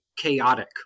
Chaotic